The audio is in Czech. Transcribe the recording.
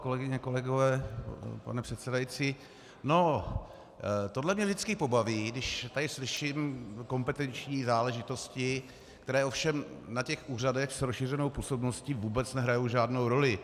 Kolegyně, kolegové, pane předsedající, tohle mě vždycky pobaví, když tady slyším kompetenční záležitosti, které ovšem na úřadech s rozšířenou působností vůbec nehrají žádnou roli.